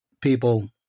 people